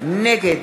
נגד